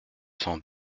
cent